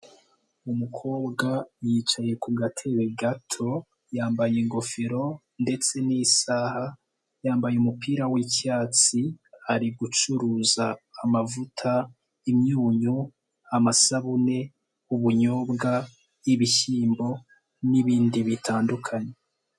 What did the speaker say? Umukobwa yicaye ku gatebe gato yambaye ingofero ndetse n'isaha, yambaye umupira w'icyatsi ari gucuruza amavuta, imyunyu, amasabune, ubunyobwa, ibishyimbo n'ibindi bitandukanye.